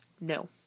No